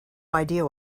idea